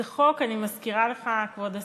זה חוק, אני מזכירה לך, כבוד השר,